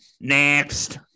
next